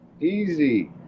easy